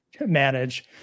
manage